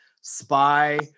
Spy